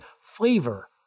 flavor